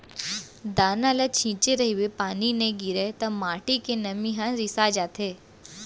दाना ल छिंचे रहिबे पानी नइ गिरय त माटी के नमी ह सिरा जाथे